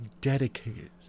dedicated